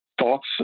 thoughts